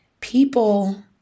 people